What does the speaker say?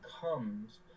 comes